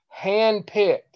handpicked